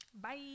Bye